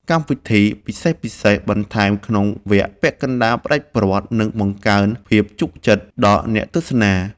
កម្មវិធីពិសេសៗបន្ថែមក្នុងវគ្គពាក់កណ្ដាលផ្ដាច់ព្រ័ត្រនឹងបង្កើនភាពជក់ចិត្តដល់អ្នកទស្សនា។